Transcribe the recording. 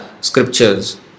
scriptures